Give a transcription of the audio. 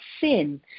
sin